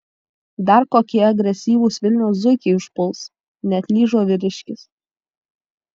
dar kokie agresyvūs vilniaus zuikiai užpuls neatlyžo vyriškis